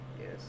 Yes